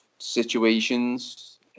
situations